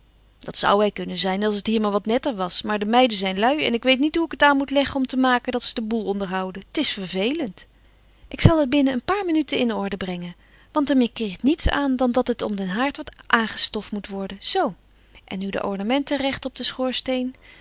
dat zou hij kunnen zijn als t hier maar wat netter was maar de meiden zijn lui en ik weet niet hoe ik het aan moet leggen om te maken dat ze den boel onderhouden t is vervelend ik zal t binnen een paar minuten in orde brengen want er mankeert niets aan dan dat het om den haard wat aangestoft moet worden zoo en nu de ornamenten recht op den schoorsteen